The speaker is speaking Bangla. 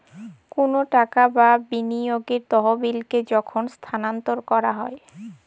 কোনো টাকা বা বিনিয়োগের তহবিলকে যখন স্থানান্তর করা হয়